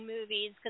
movies